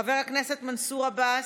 חבר הכנסת מנסור עבאס,